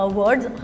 words